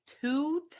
two